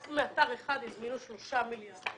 רק מאתר אחד הזמינו בשלושה מיליארד.